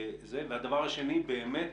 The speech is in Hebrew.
והדבר השני, באמת